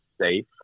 safe